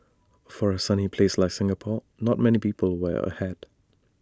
for A sunny place like Singapore not many people wear A hat